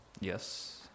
Yes